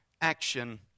action